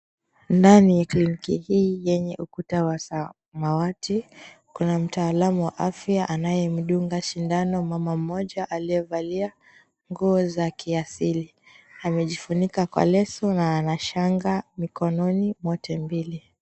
Ndani ya kliniki hii yenye ukuta wa samawati kuna mtaalamu wa afya anayemdunga sindano mama mmoja aliyevalia nguo za kiasili amejifunika kwa leso na anashanga mkononi zote mbili.